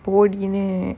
போடினு:podinu